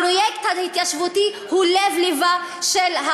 הפרויקט ההתיישבותי הוא לב-לבה של,